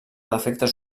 defectes